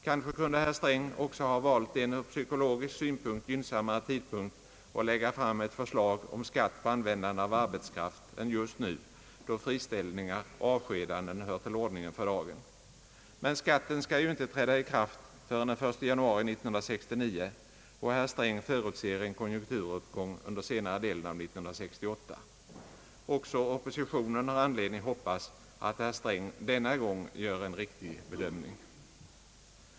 Kanske kunde herr Sträng också ha valt en ur psykologisk synpunkt gynnsammare tidpunkt att lägga fram ett förslag om skatt på användande av arbetskraft än just nu, då friställningar och avskedanden hör till ordningen för dagen. Men skatten skall ju inte träda i kraft förrän den 1 januari 1969, och herr Sträng förutser en konjunkturuppgång under senare delen av 1968. Också oppositionen har anledning hoppas att herr Sträng denna gång gör en riktig bedömning.